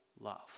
love